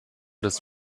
des